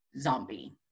zombie